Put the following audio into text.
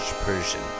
Persian